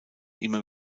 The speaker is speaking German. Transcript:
immer